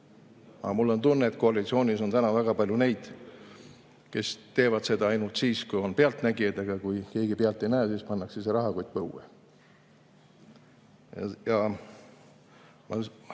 Aga mul on tunne, et koalitsioonis on täna väga palju neid, kes teevad seda ainult siis, kui on pealtnägijaid, aga kui keegi pealt ei näe, siis pannakse see rahakott põue. Ma